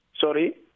Sorry